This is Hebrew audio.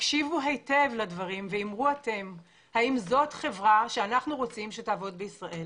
הקשיבו היטב לדברים ואימרו אתם אם זו חברה שאנחנו רוצים שתעבוד בישראל.